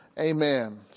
Amen